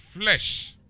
flesh